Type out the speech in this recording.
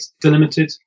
delimited